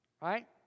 Right